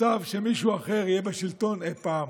אתם רוצים למנוע מצב שמישהו אחרי יהיה בשלטון אי פעם.